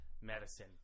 medicine